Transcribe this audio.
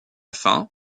fin